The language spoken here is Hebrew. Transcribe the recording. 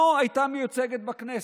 לא הייתה מיוצגת בכנסת.